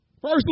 First